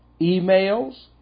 emails